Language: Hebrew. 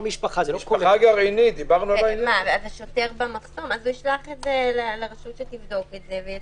השוטר במחסום ישלח את זה לרשות שתבדוק את זה.